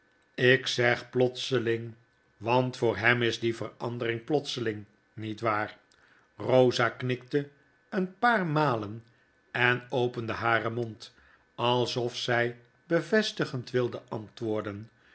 ik zeg plotseling want voor hem is die verandering plotseling niet waar rosa knikte een paaf malen en opende haren mond alsof zij bevestigend wilde antwoorden